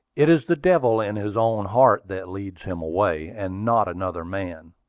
it is the devil in his own heart that leads him away, and not another man.